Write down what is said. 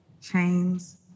chains